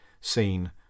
seen